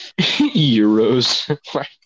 Euros